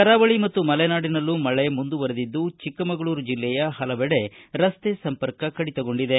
ಕರಾವಳಿ ಮತ್ತು ಮಲೆನಾಡಿನಲ್ಲೂ ಮಳೆ ಮುಂದುವರಿದಿದ್ದು ಚಿಕ್ಕಮಗಳೂರು ಜಿಲ್ಲೆಯ ಹಲವಡೆ ರಸ್ತೆ ಸಂಪರ್ಕ ಕಡಿತಗೊಂಡಿದೆ